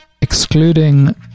Excluding